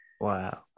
wow